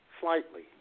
slightly